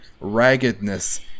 raggedness